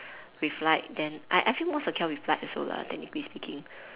with light then I I feel more secure with light also lah technically speaking